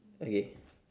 okay